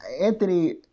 Anthony